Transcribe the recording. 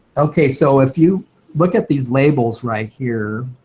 okay, so if you look at these labels right here,